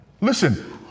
Listen